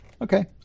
Okay